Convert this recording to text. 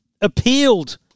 appealed